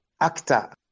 actor